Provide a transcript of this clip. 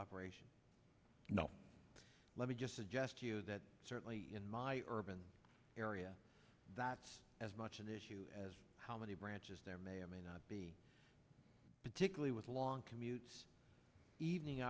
operation no let me just suggest to you that certainly in my urban area that's as much an issue as how many branches there may or may not be particularly with long commutes evening